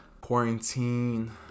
quarantine